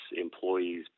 employees